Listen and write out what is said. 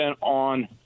on